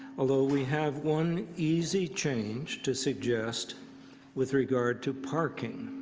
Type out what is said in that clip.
although we have one easy change to suggest with regard to parking.